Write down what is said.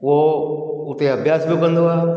उहो उते अभ्यास बि कंदो आहे